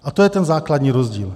A to je ten základní rozdíl.